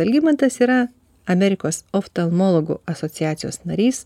algimantas yra amerikos oftalmologų asociacijos narys